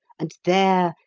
and there,